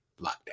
lockdown